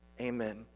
amen